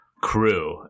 crew